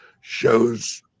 shows